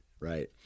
right